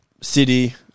City